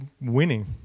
winning